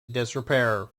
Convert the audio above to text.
disrepair